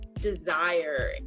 desire